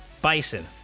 Bison